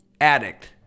addict